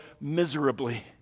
miserably